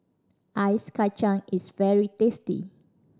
ice kacang is very tasty